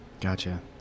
Gotcha